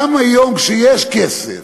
גם היום, כשיש כסף,